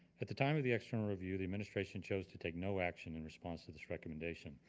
at the time of the external review the administration chose to take no action in response to this recommendation.